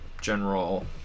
general